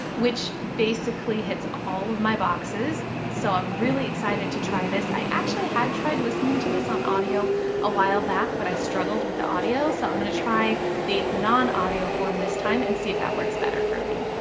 which basically hits all of my boxes. so i'm really excited to try this. i actually had tried listening to this on audio a while back but i struggled with the audio, so i'm gonna try the non audio form this time and see if that works better for me.